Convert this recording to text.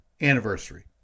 anniversary